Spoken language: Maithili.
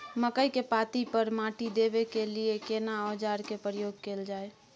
मकई के पाँति पर माटी देबै के लिए केना औजार के प्रयोग कैल जाय?